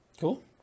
Cool